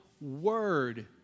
word